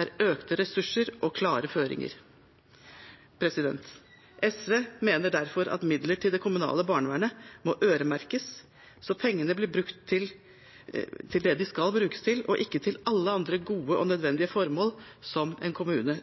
er økte ressurser og klare føringer. SV mener derfor at midler til det kommunale barnevernet må øremerkes, så pengene blir brukt til det de skal brukes til, og ikke til alle andre gode og nødvendige formål som en kommune